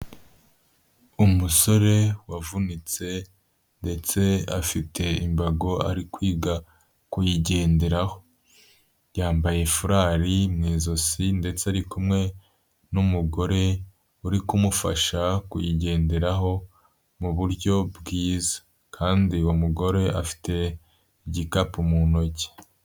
Umusore wavunitse ndetse afite imbago, ari kwiga kuyigenderaho. Yambaye furari ni izosi ndetse ari kumwe n'umugore uri kumufasha kuyigenderaho mu buryo bwiza. Kandi uwo mugore afite igikapu mu ntoki.